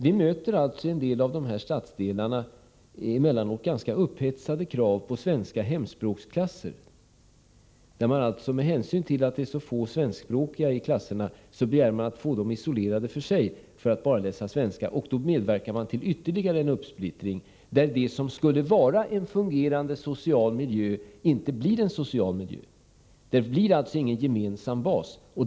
Vi möter emellanåt i en del av dessa stadsdelar ganska upphetsade krav på svenska hemspråksklasser, där man med hänsyn till att det är så få svenskspråkiga i klassen begär att dessa elever får läsa svenska för sig själva. Då medverkar man till ytterligare en uppsplittring. Det som skulle vara en fungerande social miljö blir inte en social miljö. Det blir alltså ingen gemensam bas.